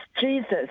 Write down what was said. Jesus